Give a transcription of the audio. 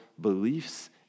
beliefs